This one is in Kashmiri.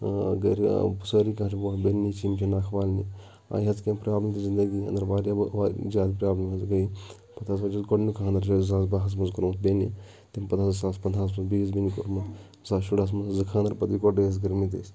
ٲں اَگر سٲرِی گَرِ بیٚنہِ چھِ یِم چھِ نَکھہٕ والنہِ واریاہ حظ گٔے پرابلِم زنٛدگی منٛز واریاہ واریاہ زیادٕ پرابلِم حظ گٔے پَتہٕ حظ کوٚر گۄڈٕنِیُک خانٛدَر زٕ ساس باہس منٛز کوٚرمُت بیٚنہِ تمہِ پَتہٕ حظ زٕ ساس پَنٛدہَس منٛز بیٚکِس بیٚنہِ کوٚرمُت زٕ ساس شُرہَس منٛز حظ کٔر زٕ خانٛدَر یِکوَٹے حظ کٔرمٕتۍ اَسہِ